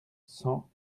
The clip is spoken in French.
cent